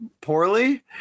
poorly